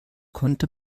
konnte